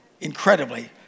incredibly